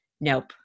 Nope